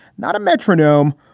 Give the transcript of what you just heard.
not a metronome,